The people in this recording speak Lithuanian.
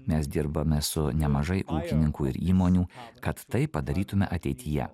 mes dirbame su nemažai kolekcininkų ir įmonių kad tai padarytumėme ateityje